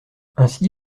ainsi